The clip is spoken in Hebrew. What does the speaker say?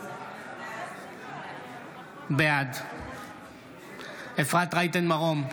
בעד אפרת רייטן מרום,